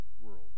world